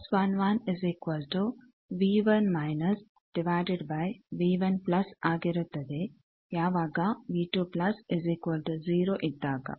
match load ಈಗ ಎಸ್11 ಪ್ರತಿಫಲನ ಗುಣಾಂಕವಾಗಿದೆಯೇ